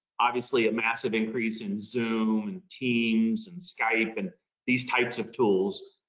obviously a massive increase in zoom and teams and skype and these types of tools,